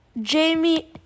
Jamie